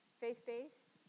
faith-based